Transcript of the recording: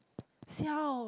see how